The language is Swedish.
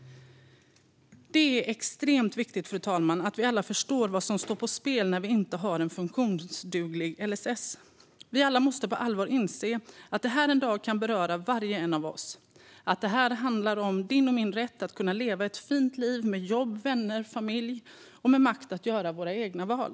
Det är extremt viktigt att vi alla förstår vad som står på spel när vi inte har en funktionsduglig LSS. Vi alla måste på allvar inse att detta en dag kan beröra var och en av oss och att detta handlar om din och min rätt att kunna leva ett fint liv med jobb, vänner och familj och med makt att göra våra egna val.